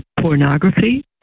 pornography